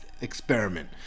experiment